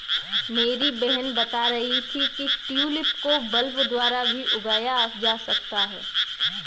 मेरी बहन बता रही थी कि ट्यूलिप को बल्ब द्वारा भी उगाया जा सकता है